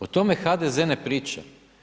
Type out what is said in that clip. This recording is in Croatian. O tome HDZ ne priča.